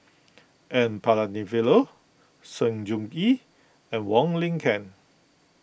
N Palanivelu Sng Choon Yee and Wong Lin Ken